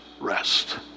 rest